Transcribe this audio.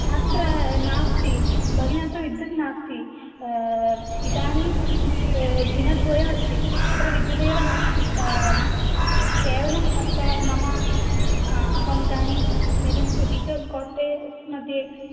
अत्र नास्ति भगिनी अत्र विद्युत् नास्ति इदानीं दिनद्वयम् अस्ति अत्र विद्युदेव नास्ति केवलम् अत्र मम अहम् इदानीम् एकं टीचर्स् कोट्टेस्मध्ये